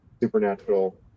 Supernatural